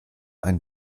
ein